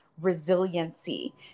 resiliency